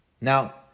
Now